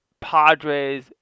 Padres